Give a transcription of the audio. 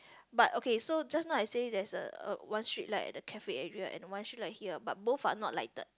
but okay so just now I said there is a one switch light at the cafe area and one switch light here but both are not lighted